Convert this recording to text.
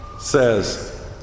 says